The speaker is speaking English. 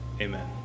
Amen